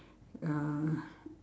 uh